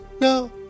no